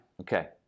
Okay